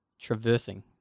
traversing